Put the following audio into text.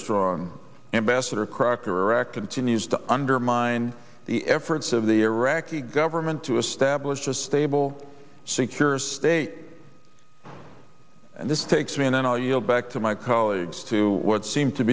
strong ambassador crocker reckon to needs to undermine the efforts of the iraqi government to establish a stable secure state and this takes me and then i'll yield back to my colleagues to what seemed to